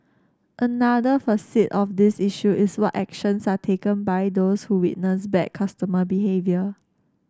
another facet of this issue is what actions are taken by those who witness bad customer behaviour